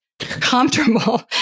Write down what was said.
comfortable